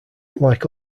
like